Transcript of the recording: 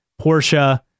Porsche